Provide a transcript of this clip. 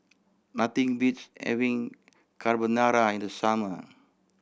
nothing beats having Carbonara in the summer